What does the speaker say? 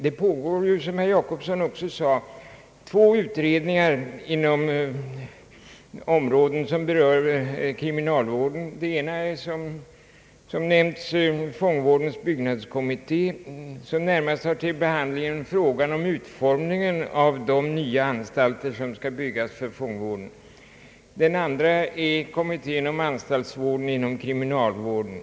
Som herr Jacobsson sade pågår två utredningar inom områden som berör kriminalvården. Den ena är, som nämnts, fångvårdens byggnadskommitté som närmast har till behandling frågan om utformningen av de nya anstalter som skall byggas för fångvården. Den andra är kommittén om anstaltsvården inom kriminalvården.